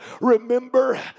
remember